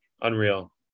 Unreal